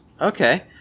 okay